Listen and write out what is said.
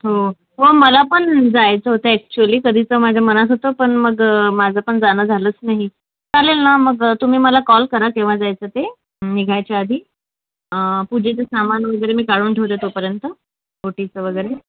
हो मला पण जायचा होतं अॅक्च्युली कधीच माझा मनात होता पण मग माझा पण जाणं झालंच नाही चालेल ना मग तुम्ही मला कॉल करा केव्हा जायचं ते निघायच्या आधी पूजेचं सामान वगैरे मी काढून ठेवते तो पर्यंत ओटीच वगैरे